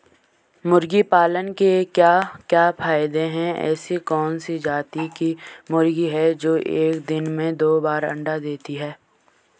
मुर्गी पालन के क्या क्या फायदे हैं ऐसी कौन सी जाती की मुर्गी है जो एक दिन में दो बार अंडा देती है?